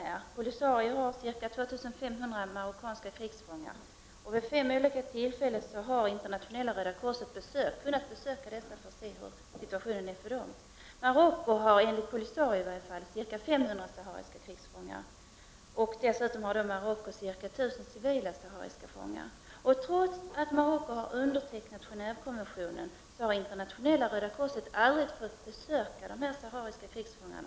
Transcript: Polisario har ca 2 500 marockanska krigsfångar, och vid fem olika tillfällen har Internationella röda korset kunnat besöka dessa människor för att studera situationen. Marocko har enligt Polisario ca 500 sahariska krigsfångar. Dessutom har Marocko ca 1 000 civila sahariska fångar. Trots att Marocko har undertecknat Genåvekonventionen har Internationella röda korset aldrig fått besöka dessa sahariska krigsfångar.